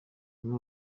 amwe